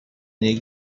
near